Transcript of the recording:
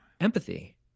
empathy